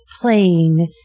playing